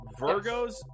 virgos